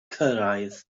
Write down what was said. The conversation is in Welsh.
cyrraedd